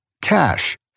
Cash